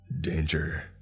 danger